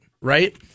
right